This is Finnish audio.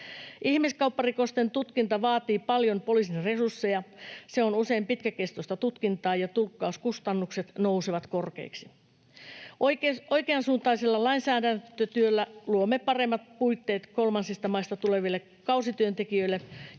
Ihmiskaupparikosten tutkinta vaatii paljon poliisin resursseja. Se on usein pitkäkestoista tutkintaa, ja tulkkauskustannukset nousevat korkeiksi. Oikeansuuntaisella lainsäädäntötyöllä luomme paremmat puitteet kolmansista maista tuleville kausityöntekijöille,